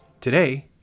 Today